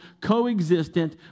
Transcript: co-existent